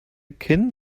ken